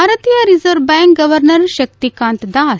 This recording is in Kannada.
ಭಾರತೀಯ reserve bank governor Shaktikanta Das